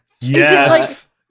Yes